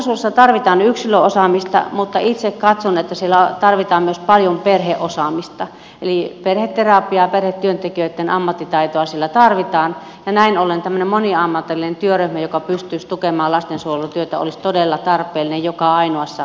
lastensuojelussa tarvitaan yksilöosaamista mutta itse katson että siellä tarvitaan myös paljon perheosaamista eli perheterapiaa perhetyöntekijöitten ammattitaitoa siellä tarvitaan ja näin ollen tämmöinen moniammatillinen työryhmä joka pystyisi tukemaan lastensuojelutyötä olisi todella tarpeellinen joka ainoassa kunnassa